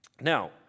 now